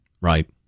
right